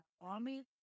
Army